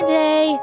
day